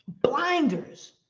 Blinders